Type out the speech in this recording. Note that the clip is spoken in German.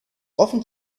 offen